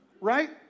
Right